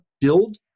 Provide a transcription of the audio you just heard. build